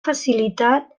facilitat